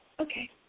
Okay